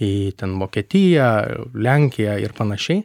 į ten vokietiją lenkiją ir panašiai